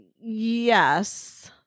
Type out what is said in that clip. Yes